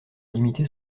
limiter